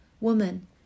Woman